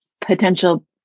potential